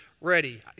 ready